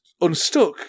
unstuck